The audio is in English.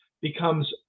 becomes